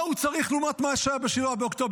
-- מה הוא צריך לעומת מה שהיה ב-7 באוקטובר,